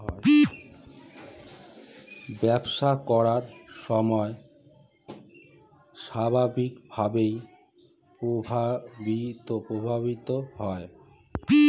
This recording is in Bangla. ব্যবসা করার সময় বাজার স্বাভাবিকভাবেই প্রভাবিত হয়